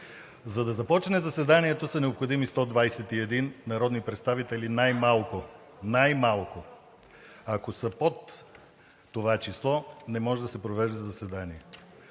За да започне заседанието, са необходими 121 народни представители най-малко. Най-малко! Ако са под това число, не може да се провежда заседание.